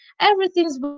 everything's